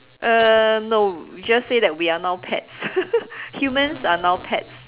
uh no just say that we are now pets humans are now pets